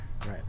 Right